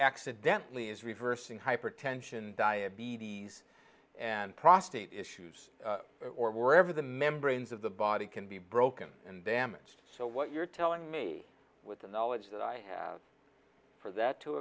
accidentally is reversing hypertension diabetes and prostate issues or wherever the membranes of the body can be broken and damaged so what you're telling me with the knowledge that i have for that to